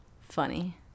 funny